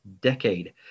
decade